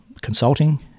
consulting